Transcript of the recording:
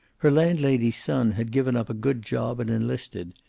her landlady's son had given up a good job and enlisted.